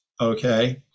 okay